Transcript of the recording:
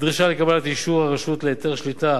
דרישה לקבלת אישור הרשות להיתר שליטה